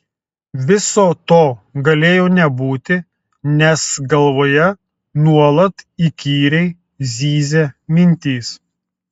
viso to galėjo nebūti nes galvoje nuolat įkyriai zyzė mintys